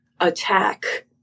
attack